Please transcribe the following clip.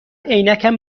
عینکم